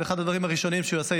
ואחד הדברים הראשונים שהוא יעשה,